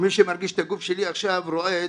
מי שמרגיש את הגוף שלי עכשיו רועד